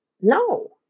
No